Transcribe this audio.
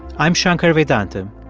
i'm shankar vedantam,